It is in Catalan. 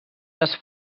les